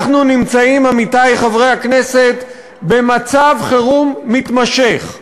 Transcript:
עמיתי חברי הכנסת, אנחנו נמצאים במצב חירום מתמשך.